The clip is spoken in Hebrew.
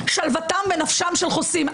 שלוותם ונפשם של חוסים.